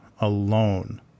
alone